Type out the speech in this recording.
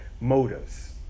motives